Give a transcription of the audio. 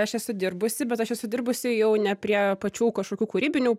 aš esu dirbusi bet aš esu dirbusi jau ne prie pačių kažkokių kūrybinių